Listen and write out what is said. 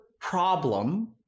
problem